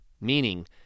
meaning